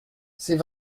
c’est